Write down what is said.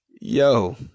Yo